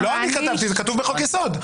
לא אני כתבתי, זה כתוב בחוק יסוד.